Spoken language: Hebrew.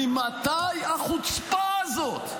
ממתי החוצפה הזאת,